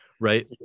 right